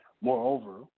Moreover